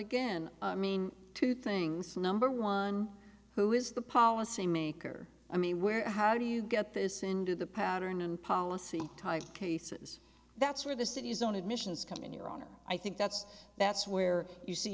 again i mean two things number one who is the policy maker i mean where how do you get this into the pattern and policy type cases that's where the city's own admissions come in your honor i think that's that's where you see